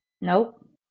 Nope